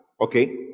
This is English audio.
okay